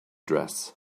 dress